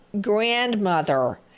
grandmother